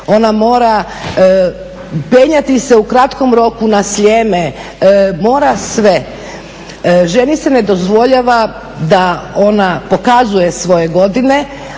ona mora penjati se u krakom roku na Sljeme, mora sve. Ženi se ne dozvoljava da ona pokazuje svoje godine,